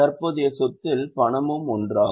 தற்போதைய சொத்தில் பணமும் ஒன்றாகும்